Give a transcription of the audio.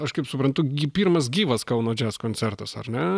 aš kaip suprantu gi pirmas gyvas kauno džiaz koncertas ar ne